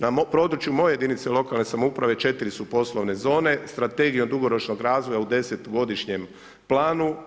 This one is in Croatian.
Na području moje jedinice lokalne samouprave 4 su poslovne zone, strategije dugoročnog razvoja u 10 godišnjem planu.